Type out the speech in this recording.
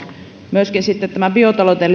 myöskin biotalouteen